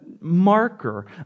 marker